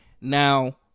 Now